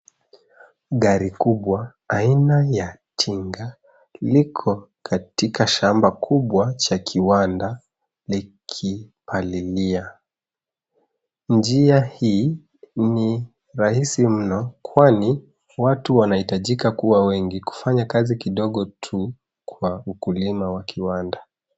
Gari kubwa aina ya tinga, liko katika shamb kubwa cha kiwanda, likipalilia . Njia hii ni rahisi mno, kwani watu wanahitajika kuwa wengi kufanya kazi kidogo tu kwa ukulima wa kiwanda.